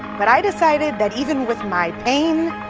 but i decided that even with my pain,